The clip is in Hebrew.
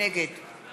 נגד